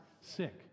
sick